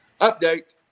Update